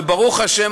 וברוך השם,